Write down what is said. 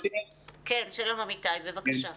שלום, אמיתי, בבקשה.